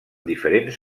diferents